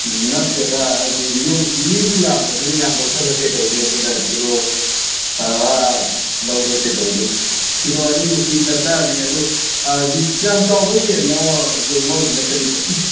ꯅꯠꯇꯦꯗ ꯑꯩꯗꯤ ꯌꯨꯝ ꯃꯤꯗꯨ ꯌꯥꯝꯗꯃꯤꯅ ꯌꯥꯝ ꯂꯧꯁꯤꯜꯂ ꯀꯩꯗꯧꯅꯤ ꯑꯗꯨꯅ ꯀꯤꯂꯣ ꯇꯔꯥ ꯂꯧꯔ ꯀꯩꯗꯧꯅꯤ ꯀꯤꯂꯣ ꯑꯅꯤꯃꯨꯛꯀꯤ ꯗꯔꯀꯥꯔꯅꯦ ꯑꯗꯣ ꯑꯥ ꯀꯌꯥꯝ ꯆꯥꯎꯕ ꯌꯦꯟꯅꯣ ꯏꯆꯧ ꯃꯧꯔꯨꯕꯤꯅ ꯀꯛꯏꯗꯣ